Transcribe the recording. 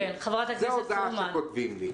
זאת ההודעה שכותבים לי.